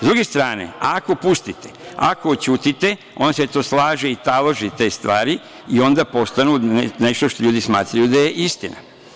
S druge strane, ako pustite, ako ćutite, onda se to slaže i talože te stvari i onda postanu nešto što ljudi smatraju da je istina.